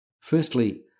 Firstly